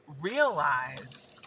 realize